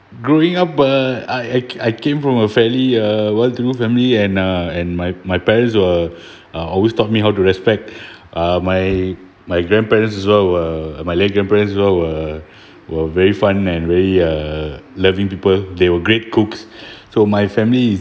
growing up uh I I ca~ I came from a fairly uh well through family and uh and my my parents were uh always taught me how to respect uh my my grandparents as well were my late grandparents as well were were very fun and very err loving people they were great cooks so my family